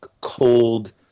cold